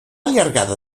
llargada